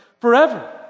forever